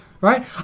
right